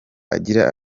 agira